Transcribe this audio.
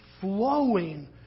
flowing